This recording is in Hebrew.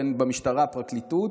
בין במשטרה ובפרקליטות,